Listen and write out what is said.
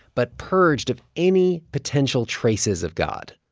but purged of any potential traces of god.